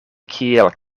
kiel